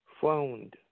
found